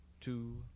two